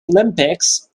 olympics